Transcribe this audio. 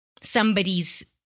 somebody's